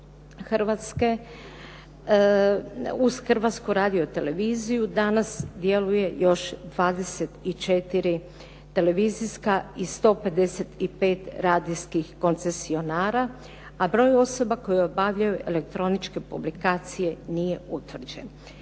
Hrvatske uz Hrvatsku radioteleviziju danas djeluje još 24 televizijska i 155 radijskih koncesionara, a broj osoba koje obavljaju elektroničke publikacije nije utvrđen.